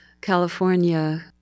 California